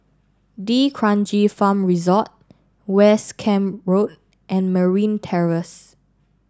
D'Kranji Farm Resort West Camp Road and Merryn Terrace